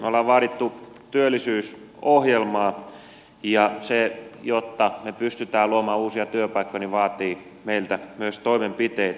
me olemme vaatineet työllisyysohjelmaa ja se jotta me pystymme luomaan uusia työpaikkoja vaatii meiltä myös toimenpiteitä